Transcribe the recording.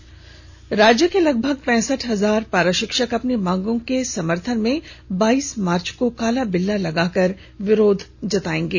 पारा शिक्षक राज्य के लगभग पैंसठ हजार पारा शिक्षक अपनी मांगों के समर्थन में बाइस मार्च को काला बिल्ला लगाकर विरोध जताएंगे